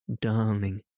darling